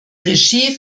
regie